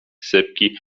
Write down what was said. sypki